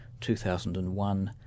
2001